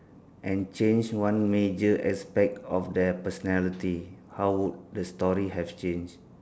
and change one major aspect of their personality how would the story have change